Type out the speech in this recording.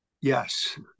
Yes